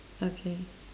okay